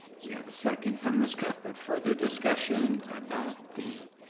we have a second from miss cuthbert. further discussion about the